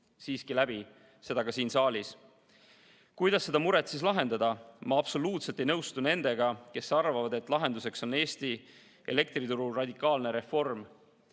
siiski läbi, seda ka siin saalis. Kuidas seda muret siis lahendada? Ma absoluutselt ei nõustu nendega, kes arvavad, et lahenduseks on Eesti elektrituru radikaalne reform.